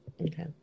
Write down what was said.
Okay